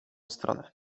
stronę